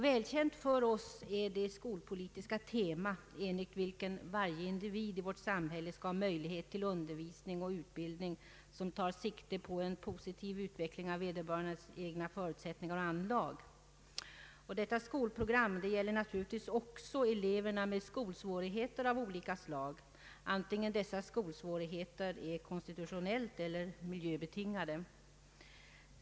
Välkänt för oss är det skolpolitiska tema enligt vilket varje individ i vårt samhälle skall ha möjlighet till undervisning och utbildning som tar sikte på en positiv utveckling av vederbörandes egna förutsättningar och anlag. Detta skolprogram gäller naturligtvis också elever med skolsvårigheter av olika slag, antingen dessa svårigheter är kon Anslag till lärarutbildning stitutionellt eller miljömässigt betingade.